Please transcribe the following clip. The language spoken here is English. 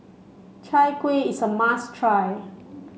Chai Kuih is a must try